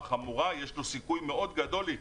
חמורה יש לו סיכוי מאוד גדול להיתפס.